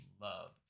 love